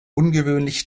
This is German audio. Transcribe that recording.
ungewöhnlich